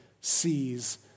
sees